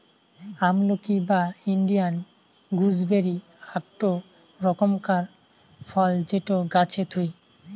আমলকি বা Indian gooseberry আকটো রকমকার ফল যেটো গাছে থুই